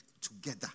together